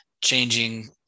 changing